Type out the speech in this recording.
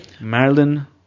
Marilyn